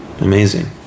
Amazing